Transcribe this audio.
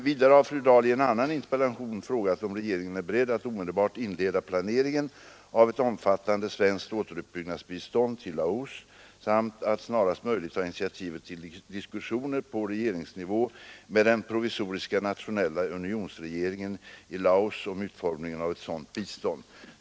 Vidare har fru Dahl i en annan interpellation frågat om regeringen är beredd att omedelbart inleda planeringen av ett omfattande svenskt återuppbyggnadsbistånd till Laos samt att snarast möjligt ta initiativ till diskussioner på regeringsnivå med den provisoriska nationella unionsregeringen i Laos om utformningen av ett sådant bistånd.